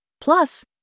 plus